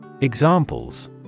Examples